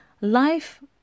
Life